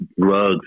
drugs